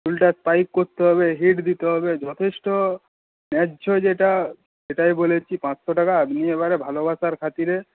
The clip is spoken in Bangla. চুলটা স্পাইক করতে হবে হিট দিতে হবে যথেষ্ট ন্যায্য যেটা সেটাই বলেছি পাঁচশো টাকা আপনি এবারে ভালোবাসার খাতিরে